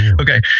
Okay